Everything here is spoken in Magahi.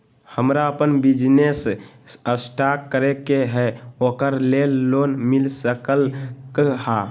हमरा अपन बिजनेस स्टार्ट करे के है ओकरा लेल लोन मिल सकलक ह?